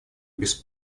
без